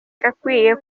yagakwiye